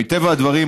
מטבע הדברים,